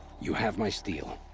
you have my steel!